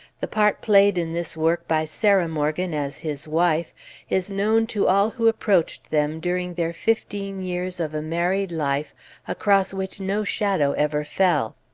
the part played in this work by sarah morgan as his wife is known to all who approached them during their fifteen years of a married life across which no shadow ever fell.